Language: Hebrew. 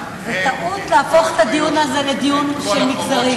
זו טעות להפוך את הדיון הזה לדיון של מגזרים.